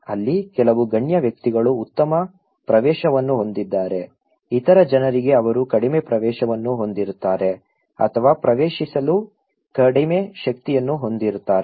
ಅಲ್ಲಿ ಕೆಲವು ಗಣ್ಯ ವ್ಯಕ್ತಿಗಳು ಉತ್ತಮ ಪ್ರವೇಶವನ್ನು ಹೊಂದಿದ್ದಾರೆ ಇತರ ಜನರಿಗೆ ಅವರು ಕಡಿಮೆ ಪ್ರವೇಶವನ್ನು ಹೊಂದಿರುತ್ತಾರೆ ಅಥವಾ ಪ್ರವೇಶಿಸಲು ಕಡಿಮೆ ಶಕ್ತಿಯನ್ನು ಹೊಂದಿರುತ್ತಾರೆ